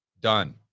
Done